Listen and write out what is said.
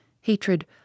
hatred